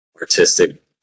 artistic